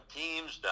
teams